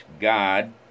God